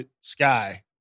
Sky